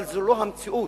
אבל זו לא המציאות.